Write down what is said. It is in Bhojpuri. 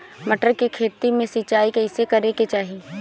मटर के खेती मे सिचाई कइसे करे के चाही?